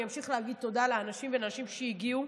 אמשיך להגיד תודה לאנשים ונשים שהגיעו,